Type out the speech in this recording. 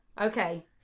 Okay